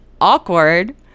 Awkward